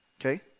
Okay